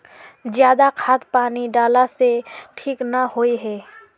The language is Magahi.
ज्यादा खाद पानी डाला से ठीक ना होए है?